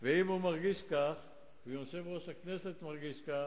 ואם הוא מרגיש כך ויושב-ראש הכנסת מרגיש כך,